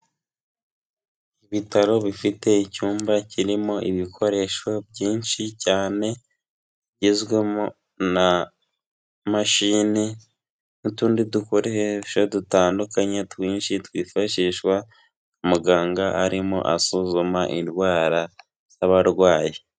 Ibitaro bifite icyumba kirimo ibikoresho byinshi cyane bigizwemo na mashini n'utundi dukoresho dutandukanye twinshi twifashishwa na muganga arimo asuzuma indwara z'abarwayi.